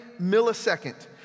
millisecond